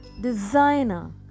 designer